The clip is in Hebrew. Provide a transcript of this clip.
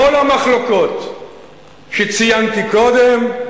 כל המחלוקות שציינתי קודם,